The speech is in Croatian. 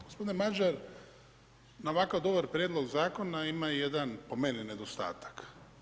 Gospodine Mažar, na ovakav dobar prijedlog zakona, ima jedan po meni nedostatak.